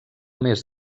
més